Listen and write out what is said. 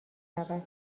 رود